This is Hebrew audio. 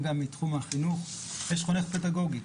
יש חונך פדגוגי,